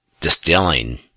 distilling